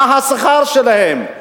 מה השכר שלהם,